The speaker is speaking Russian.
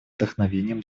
вдохновением